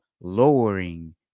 lowering